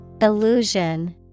Illusion